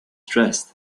stressed